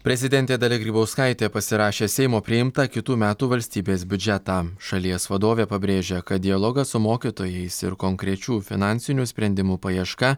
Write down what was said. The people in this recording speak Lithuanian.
prezidentė dalia grybauskaitė pasirašė seimo priimtą kitų metų valstybės biudžetą šalies vadovė pabrėžia kad dialogas su mokytojais ir konkrečių finansinių sprendimų paieška